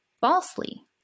falsely